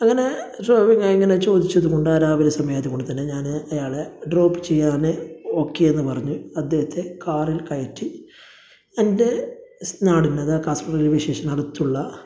അങ്ങനെ ഞാൻ ഇങ്ങനെ ചോദിച്ചത് കൊണ്ട് ആ രാവിലെ സമയമായത് കൊണ്ട് തന്നെ ഞാൻ അയാളെ ഡ്രോപ്പ് ചെയ്യാൻ ഓക്കെ എന്ന് പറഞ്ഞു അദ്ദേഹത്തെ കാറിൽ കയറ്റി എൻ്റെ നാടിന് അതായത് കാസർകോഡ് റെയിൽവേ സ്റ്റേഷന് അടുത്തുള്ള